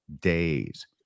days